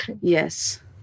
Yes